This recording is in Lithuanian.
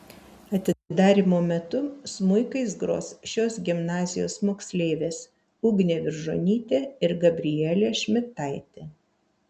atidarymo metu smuikais gros šios gimnazijos moksleivės ugnė viržonytė ir gabrielė šmidtaitė